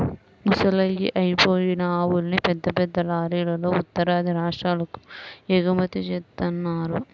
ముసలయ్యి అయిపోయిన ఆవుల్ని పెద్ద పెద్ద లారీలల్లో ఉత్తరాది రాష్ట్రాలకు ఎగుమతి జేత్తన్నారు